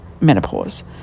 menopause